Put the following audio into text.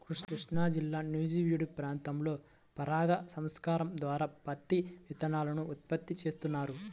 కృష్ణాజిల్లా నూజివీడు ప్రాంతంలో పరాగ సంపర్కం ద్వారా పత్తి విత్తనాలను ఉత్పత్తి చేస్తున్నారు